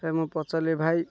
ସେ ମୁଁ ପଚାରିଲି ଭାଇ